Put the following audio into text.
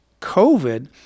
COVID